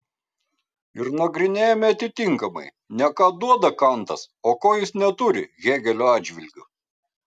ir nagrinėjame atitinkamai ne ką duoda kantas o ko jis neturi hėgelio atžvilgiu